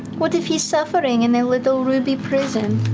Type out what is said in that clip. what if he's suffering in a little ruby prison?